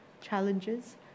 Challenges